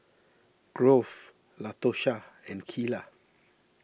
Grove Latosha and Keila